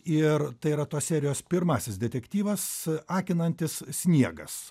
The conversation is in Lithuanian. ir tai yra tos serijos pirmasis detektyvas akinantis sniegas